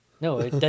No